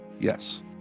Yes